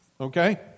Okay